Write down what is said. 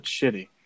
shitty